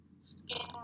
skin